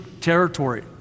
territory